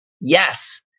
Yes